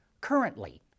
Currently